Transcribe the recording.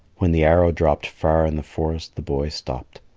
when the arrow dropped far in the forest, the boy stopped.